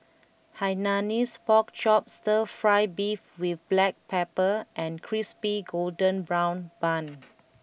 Hainanese Pork Chop Stir Fry Beef with Black Pepper and Crispy Golden Brown Bun